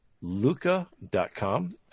Luca.com